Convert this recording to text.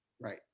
right